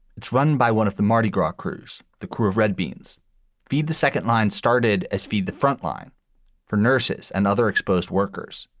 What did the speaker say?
it's run by one of the mardi gras crews. the crew of red beans feed the second line started as feed the frontline for nurses and other exposed workers.